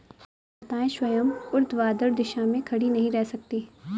लताएं स्वयं ऊर्ध्वाधर दिशा में खड़ी नहीं रह सकती